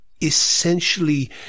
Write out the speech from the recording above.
essentially